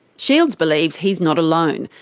shields believes he's not alone,